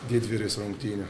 didvyris rungtynių